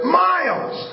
miles